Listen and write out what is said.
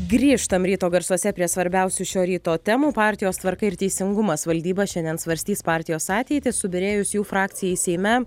griežtam ryto garsuose prie svarbiausių šio ryto temų partijos tvarka ir teisingumas valdyba šiandien svarstys partijos ateitį subyrėjus jų frakcijai seime